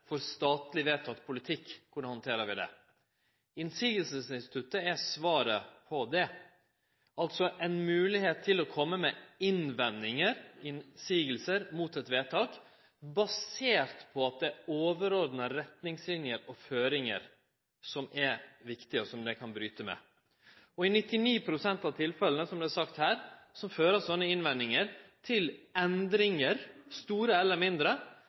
til statleg vedteken politikk – korleis handterer vi det? Motsegnsinstituttet er svaret på det, altså ei moglegheit til å kome med innvendingar, motsegner, mot eit vedtak, basert på at det er overordna retningslinjer og føringar som er viktige, og som dei kan bryte med. I 99 pst. av tilfella, som det har vore sagt her, fører slike innvendingar til endringar, store eller mindre,